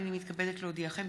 הינני מתכבדת להודיעכם,